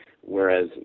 Whereas